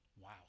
Wow